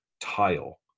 tile